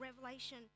revelation